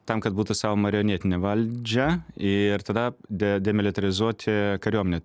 tam kad būtų sau marionetinė valdžia ir tada de demilitarizuoti kariuomenę